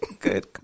good